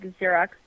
Xerox